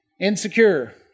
Insecure